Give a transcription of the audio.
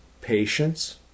patience